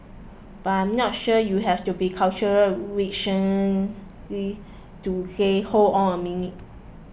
but I'm not sure you have to be cultural to say hold on a minute